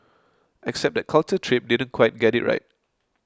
except that Culture Trip didn't quite get it right